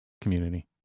Community